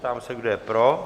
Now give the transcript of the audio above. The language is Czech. Ptám se, kdo je pro?